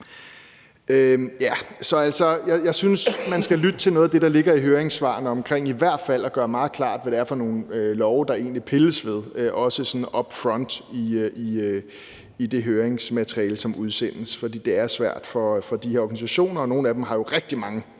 jeg synes altså, man skal lytte til noget af det, der ligger i høringssvarene omkring i hvert fald at gøre meget klart, hvad det er for nogle love, der egentlig pilles ved, også sådan up front i det høringsmateriale, som udsendes. For det er svært for de her organisationer, og nogle af dem, f.eks.